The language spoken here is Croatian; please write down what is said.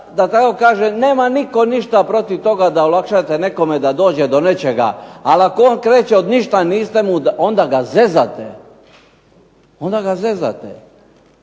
da tako kažem nema nitko ništa protiv toga da olakšate nekome da dođe do nečega ali ako on kreće od ništa niste mu, onda ga zezate. Ova Vlada